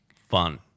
fun